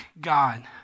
God